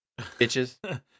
Bitches